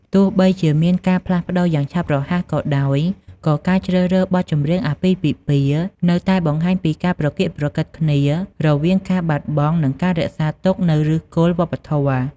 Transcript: ទោះបីជាមានការផ្លាស់ប្តូរយ៉ាងឆាប់រហ័សក៏ដោយ ក៏ការជ្រើសរើសបទចម្រៀងអាពាហ៍ពិពាហ៍នៅតែបង្ហាញពីការប្រកៀកប្រកិតគ្នារវាងការបាត់បង់ និងការរក្សាទុកនូវឫសគល់វប្បធម៌។